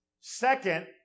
Second